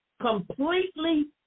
completely